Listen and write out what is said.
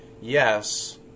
yes